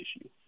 issue